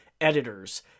editors